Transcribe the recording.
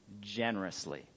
generously